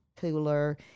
cooler